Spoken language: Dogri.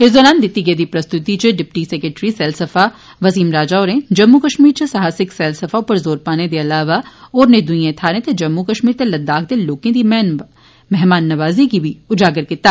इस दौरान दिती गेदी प्रस्तृति इच डिप्टी सेक्रेट्री सैलसफा वसीम राजा होरें जम्मू कश्मीर इच साहसिक सैलसफा उप्पर जोर पाने दे अलावा होरने दुई थाहरें ते जम्मू कश्मीर ते लद्दाख दे लोकें गी मेहमाननवाजी गी बी उजागर कीता